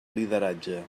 lideratge